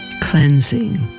cleansing